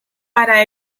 para